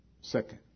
second